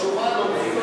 ההצעה צודקת,